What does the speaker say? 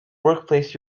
workplace